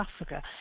Africa